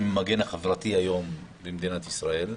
הם המגן החברתי היום במדינת ישראל.